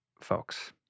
folks